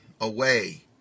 away